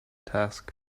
task